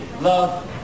love